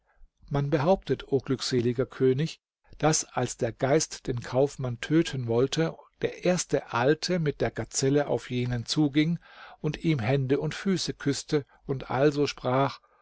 man behauptet o glückseliger könig daß als der geist den kaufmann töten wollte der erste alte mit der gazelle auf jenen zuging und ihm hände und füße küßte und also sprach